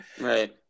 Right